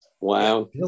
Wow